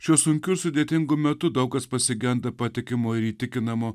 šiuo sunkiu sudėtingu metu daug kas pasigenda patikimo ir įtikinamo